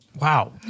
Wow